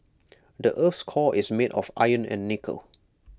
the Earth's core is made of iron and nickel